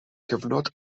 gyfnod